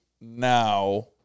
now